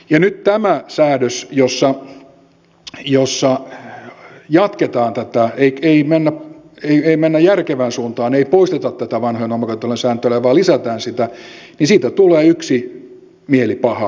nyt tästä säädöksestä jossa jatketaan tätä ei mennä järkevään suuntaan ei poisteta tätä vanhojen omakotitalojen sääntelyä vaan lisätään sitä tulee yksi mielipaha lisää